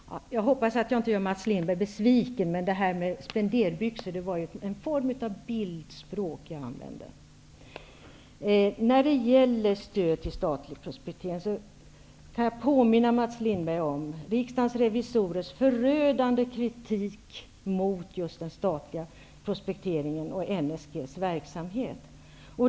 Herr talman! Jag hoppas att jag inte gör Mats Lindberg besviken, men detta med spenderbyxor var en form av bildspråk som jag använde. När det gäller stöd till statligt prospekterande, kan jag påminna Mats Lindberg om Riksdagens revisorers förödande kritik mot just den statliga prospekteringen och NSG:s verksamhet.